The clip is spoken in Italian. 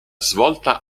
svolta